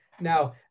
Now